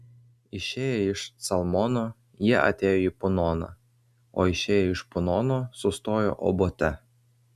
išėję iš calmono jie atėjo į punoną o išėję iš punono sustojo obote